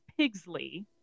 Pigsley